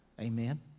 Amen